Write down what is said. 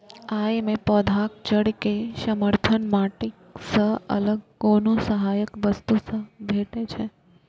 अय मे पौधाक जड़ कें समर्थन माटि सं अलग कोनो सहायक वस्तु सं भेटै छै